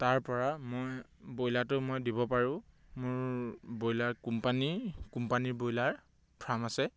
তাৰপৰা মই ব্ৰইলাৰটো মই দিব পাৰোঁ মোৰ ব্ৰইলাৰ কোম্পানী কোম্পানীৰ ব্ৰইলাৰ ফাৰ্ম আছে